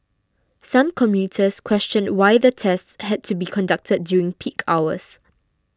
some commuters questioned why the tests had to be conducted during peak hours